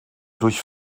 durch